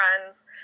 friends